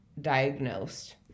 diagnosed